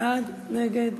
בעד, נגד,